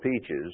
peaches